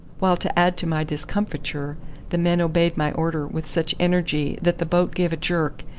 while to add to my discomfiture the men obeyed my order with such energy that the boat gave a jerk,